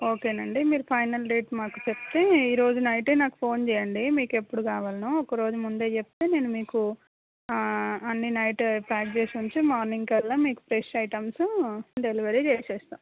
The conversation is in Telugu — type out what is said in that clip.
ఓకే అండి మీరు ఫైనల్ డేట్ మాకు చెప్తే ఈరోజు నైటే నాకు ఫోన్ చేయండి మీకు ఎప్పుడు కావాలో ఒకరోజు ముందే చెప్తే నేను మీకు అన్ని నైటు ప్యాక్ చేసి ఉంచి మార్నింగ్ కల్లా మీకు ఫ్రెష్ ఐటమ్స్ డెలివరీ చేసేస్తాము